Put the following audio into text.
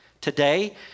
Today